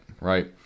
right